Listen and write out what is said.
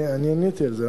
אני עניתי על זה.